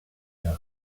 liegt